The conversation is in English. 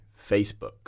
Facebook